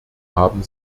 haben